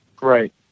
Right